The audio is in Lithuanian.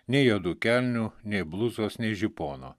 nei juodų kelnių nei blusos nei žipono